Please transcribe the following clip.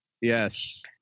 Yes